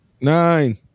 nine